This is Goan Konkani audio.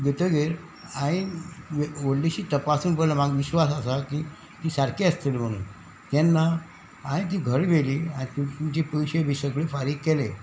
घेतगीर हांयेंन व्हडलीशी तपासून पळोना म्हाका विश्वास आसा की ती सारकी आसतली म्हणून तेन्ना हांयेंन ती घर व्हेली आनी तुमचे पयशे बी सगळे फारीक केले